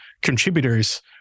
contributors